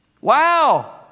Wow